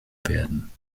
werden